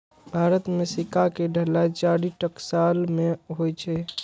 भारत मे सिक्का के ढलाइ चारि टकसाल मे होइ छै